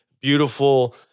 beautiful